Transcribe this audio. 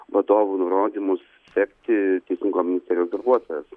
vadovų nurodymus sekti teisingumo ministerijos darbuotojas